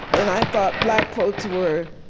and i thought black folks were